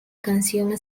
consumer